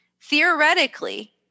theoretically